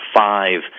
five